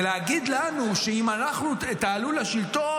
להגיד לנו שאם תעלו לשלטון,